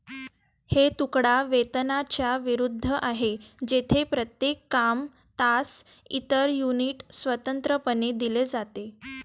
हे तुकडा वेतनाच्या विरुद्ध आहे, जेथे प्रत्येक काम, तास, इतर युनिट स्वतंत्रपणे दिले जाते